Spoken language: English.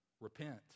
Repent